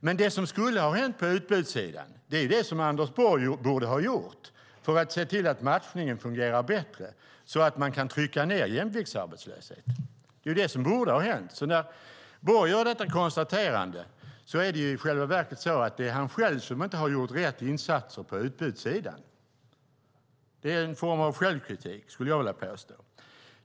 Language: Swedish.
Det som skulle ha hänt på utbudssidan är dock det Anders Borg borde ha gjort för att se till att matchningen fungerar bättre så att man kan trycka ned jämviktsarbetslösheten. Det är det som borde ha hänt. När Borg gör detta konstaterande är det alltså i själva verket så att det är han själv som inte har gjort rätt insatser på utbudssidan. Det är en form av självkritik, skulle jag vilja påstå.